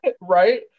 right